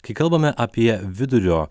kai kalbame apie vidurio